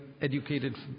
educated